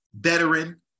veteran